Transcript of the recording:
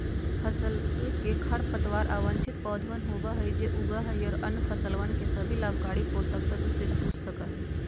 फसल के खरपतवार अवांछित पौधवन होबा हई जो उगा हई और अन्य फसलवन के सभी लाभकारी पोषक तत्व के चूस सका हई